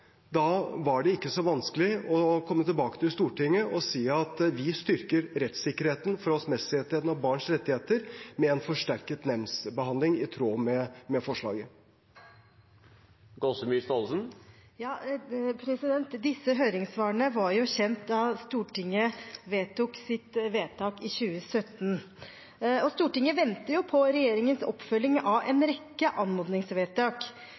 var det ikke så vanskelig å komme tilbake til Stortinget og si at vi styrker rettssikkerheten, forholdsmessigheten og barns rettigheter med en forsterket nemndsbehandling, i tråd med forslaget. Disse høringssvarene var jo kjent da Stortinget fattet sitt vedtak i 2017. Stortinget venter på regjeringens oppfølging av en rekke anmodningsvedtak.